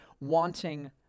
wanting